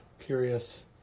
curious